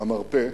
המרפא,